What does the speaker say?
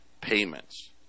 payments